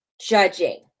judging